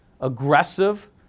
aggressive